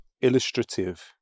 illustrative